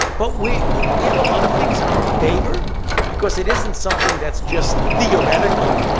but we we have a lot of things in our favor because it isn't something that's just theoretical.